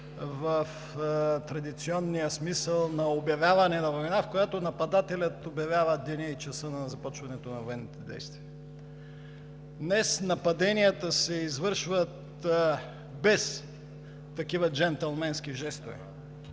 в традиционния смисъл на обявяване на война, в която нападателят оповестява деня и часа на започването на военните действия. Днес нападенията се извършват без такива джентълменски жестове,